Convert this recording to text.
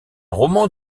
roman